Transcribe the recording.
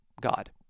God